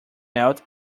melt